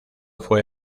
fue